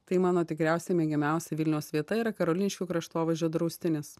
tai mano tikriausiai mėgiamiausia vilniaus vieta yra karoliniškių kraštovaizdžio draustinis